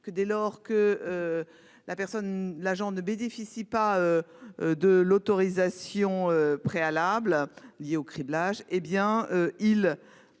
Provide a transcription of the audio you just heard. que. La personne l'agent ne bénéficient pas. De l'autorisation préalable lié au criblage, hé bien il